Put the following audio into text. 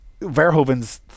Verhoeven's